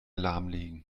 lahmlegen